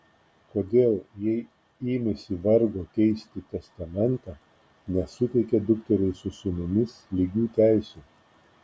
kodėl jei ėmėsi vargo keisti testamentą nesuteikė dukteriai su sūnumis lygių teisių